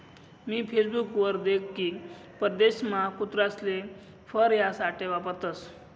मी Facebook वर देख की परदेशमा कुत्रासले फर यासाठे वापरतसं